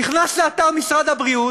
נכנס לאתר משרד הבריאות,